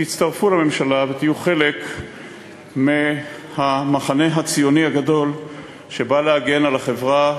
תצטרפו לממשלה ותהיו חלק מהמחנה הציוני הגדול שבא להגן על החברה,